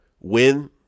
win